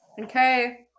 Okay